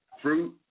fruit